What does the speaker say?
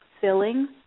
Filling